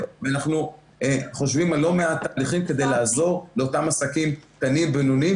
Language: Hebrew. ואנחנו חושבים על לא מעט תהליכים כדי לעזור לאותם עסקים קטנים-בינוניים,